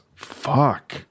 Fuck